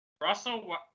Russell